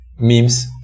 memes